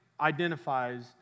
identifies